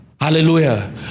Hallelujah